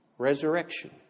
Resurrection